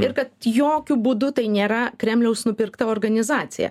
ir kad jokiu būdu tai nėra kremliaus nupirkta organizacija